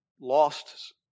lost